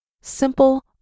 simple